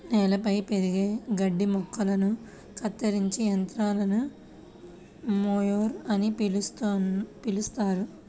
నేలపై పెరిగే గడ్డి మొక్కలను కత్తిరించే యంత్రాన్ని మొవర్ అని పిలుస్తారు